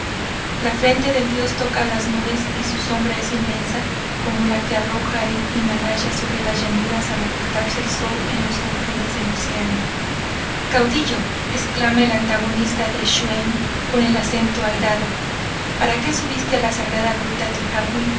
la frente del dios toca a las nubes y su sombra es inmensa como la que arroja el himalaya sobre las llanuras al ocultarse el sol en los confines del océano caudillo exclama el antagonista de schiwen con acento airado para que subiste a la sagrada gruta del